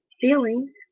feeling